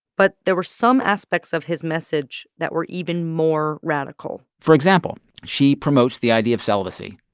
but there were some aspects of his message that were even more radical for example, she promotes the idea of celibacy.